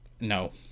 No